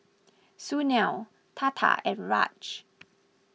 Sunil Tata and Raj